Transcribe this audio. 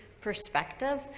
perspective